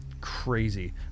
crazy